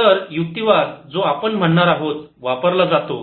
तर युक्तिवाद जो आपण म्हणणार आहोत वापरला जातो